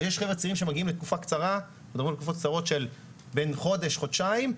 ויש חבר'ה צעירים שמגיעים לתקופות קצרות של חודש חודשיים,